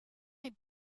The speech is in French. est